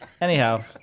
Anyhow